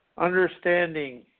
understanding